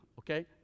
okay